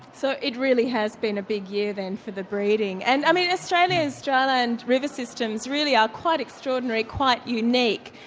so it really has been a big year then for the breeding, and i mean australia's dry land river systems really are quite extraordinary, quite unique.